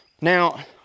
now